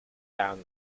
down